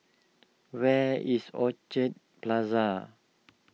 where is Orchid Plaza